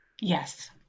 Yes